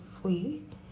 sweet